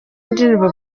ndirimbo